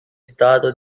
stato